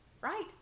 right